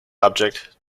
object